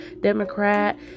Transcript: Democrat